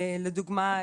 לדוגמא,